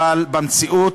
בשנה.